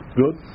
good